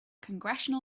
congressional